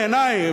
בעיני,